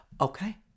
Okay